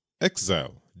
exile